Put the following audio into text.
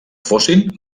fossin